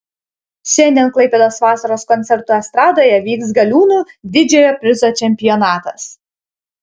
šiandien klaipėdos vasaros koncertų estradoje vyks galiūnų didžiojo prizo čempionatas